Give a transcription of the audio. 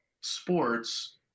sports